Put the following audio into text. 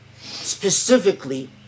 specifically